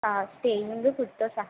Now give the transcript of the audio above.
staying ఫుడ్తో సహా